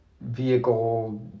vehicle